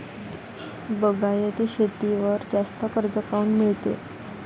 बागायती शेतीवर जास्त कर्ज काऊन मिळते?